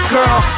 Girl